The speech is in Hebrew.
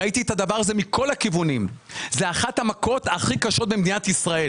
ראיתי את הדבר הזה מכל הכיוונים וזו אחת המכות הכי קשות במדינת ישראל